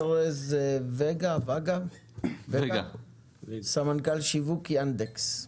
ארז וגה, סמנכ"ל שיווק "יאנדקס".